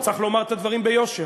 וצריך לומר את הדברים ביושר,